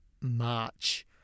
March